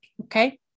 okay